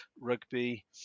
Rugby